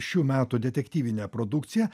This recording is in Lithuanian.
šių metų detektyvinę produkciją